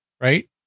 right